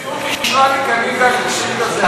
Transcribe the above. הנשיאות אישרה לי כי אני הגשתי שאילתה זהה.